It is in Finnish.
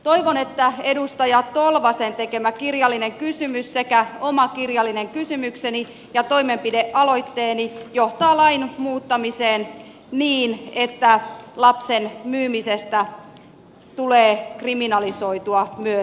toivon että edustaja tolvasen tekemä kirjallinen kysymys sekä oma kirjallinen kysymykseni ja toimenpidealoitteeni johtavat lain muuttamiseen niin että lapsen myymisestä tulee kriminalisoitua myös suomessa